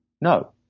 no